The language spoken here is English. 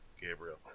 Gabriel